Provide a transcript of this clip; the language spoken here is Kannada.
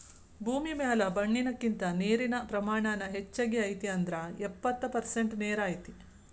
ಭೂಮಿ ಮ್ಯಾಲ ಮಣ್ಣಿನಕಿಂತ ನೇರಿನ ಪ್ರಮಾಣಾನ ಹೆಚಗಿ ಐತಿ ಅಂದ್ರ ಎಪ್ಪತ್ತ ಪರಸೆಂಟ ನೇರ ಐತಿ